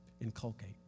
inculcate